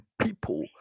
people